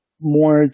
more